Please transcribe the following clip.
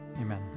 Amen